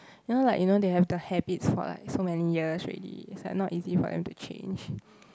you know like you know they have the habits for like so many years already it's like not easy for them to change